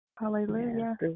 Hallelujah